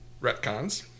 retcons